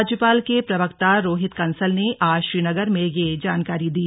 राज्यपाल के प्रवक्ता रोहित कंसल ने आज श्रीनगर में यह जानकारी दी